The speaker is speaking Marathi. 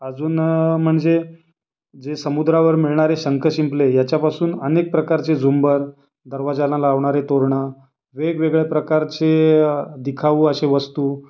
अजून म्हणजे जे समुद्रावर मिळणारे शंख शिंपले याच्यापासून अनेक प्रकारचे झुंबर दरवाजाला लावणारे तोरणं वेगवेगळ्या प्रकारचे दिखाऊ अशी वस्तू